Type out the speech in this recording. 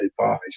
advice